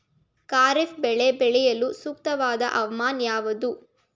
ಖಾರಿಫ್ ಬೆಳೆ ಬೆಳೆಯಲು ಸೂಕ್ತವಾದ ಹವಾಮಾನ ಯಾವುದು?